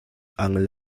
angel